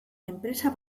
enpresa